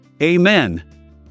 Amen